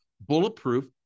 bulletproof